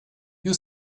you